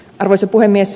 arvoisa puhemies